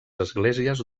esglésies